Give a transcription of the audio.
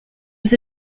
was